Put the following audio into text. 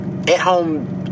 At-home